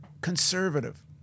conservative